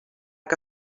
que